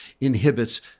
inhibits